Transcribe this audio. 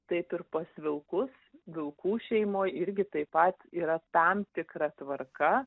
taip ir pas vilkus vilkų šeimoj irgi taip pat yra tam tikra tvarka